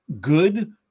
good